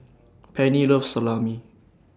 Penny loves Salami